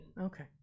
okay